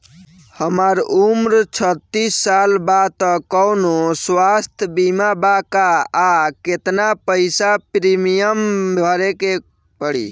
हमार उम्र छत्तिस साल बा त कौनों स्वास्थ्य बीमा बा का आ केतना पईसा प्रीमियम भरे के पड़ी?